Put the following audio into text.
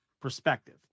Perspective